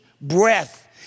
breath